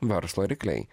verslo rykliai